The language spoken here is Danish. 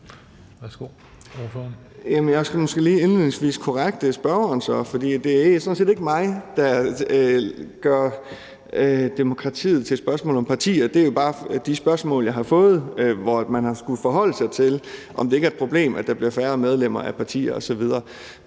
jeg skal så måske lige indledningsvis korrigere spørgeren, for det er sådan set ikke mig, der gør demokratiet til et spørgsmål om partier; det er jo bare i de spørgsmål, jeg har fået, at man har skullet forholde sig til, om det ikke er et problem, at der bliver færre medlemmer af partier osv.